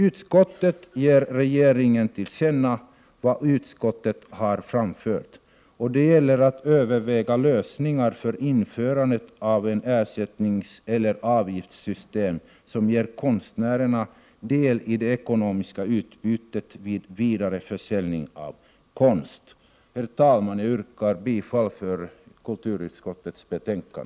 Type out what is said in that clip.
Utskottet vill ge regeringen till känna vad utskottet anfört. Det gäller att överväga lösningar av frågan om införande av ett avgiftssystem som ger konstnärerna del i det ekonomiska utbytet vid vidareförsäljning av konst. Herr talman! Jag yrkar bifall till kulturutskottets hemställan.